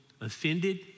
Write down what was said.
offended